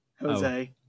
Jose